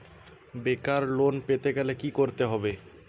বেকার লোন পেতে গেলে কি করতে হবে?